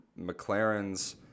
McLarens